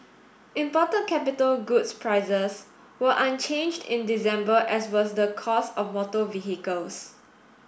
imported capital goods prices were unchanged in December as was the cost of motor vehicles